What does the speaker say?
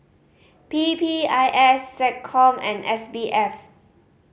P P I S SecCom and S B F